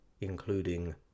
including